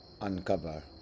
uncover